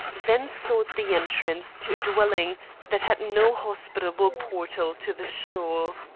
then sought the entrance to a dwelling that had no hospitable portal to the shore.